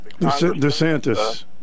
Desantis